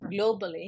globally